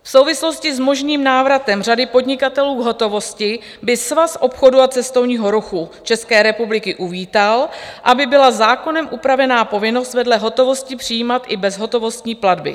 V souvislosti s možným návratem řady podnikatelů k hotovosti by Svaz obchodu a cestovního ruchu České republiky uvítal, aby byla zákonem upravena povinnost vedle hotovosti přijímat i bez hotovostní platby.